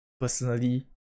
personally